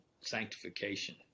sanctification